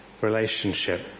relationship